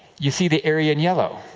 you see the area in yellow?